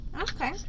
Okay